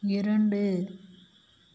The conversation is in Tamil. இரண்டு